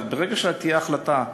ברגע שתהיה החלטה,